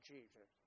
Jesus